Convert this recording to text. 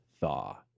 Thaw